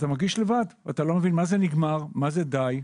אני מרגיש לבד, אתה לא מבין מה זה נגמר, מה זה די.